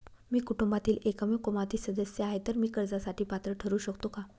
मी कुटुंबातील एकमेव कमावती सदस्य आहे, तर मी कर्जासाठी पात्र ठरु शकतो का?